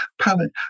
palette